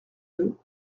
deux